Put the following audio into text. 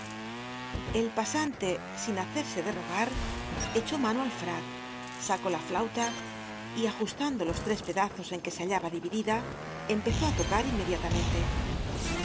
el pasante sin hacersc de rogar echó mano al frac sacó la flauta y ajustando los tres pedazos en que se hallaba divid ida empezó á locar inmediatamente